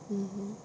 mmhmm